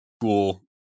cool